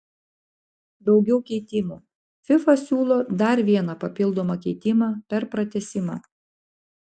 daugiau keitimų fifa siūlo dar vieną papildomą keitimą per pratęsimą